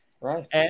right